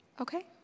Okay